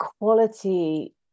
quality